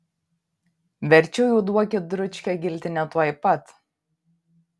verčiau jau duokit dručkę giltinę tuoj pat